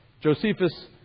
Josephus